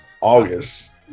august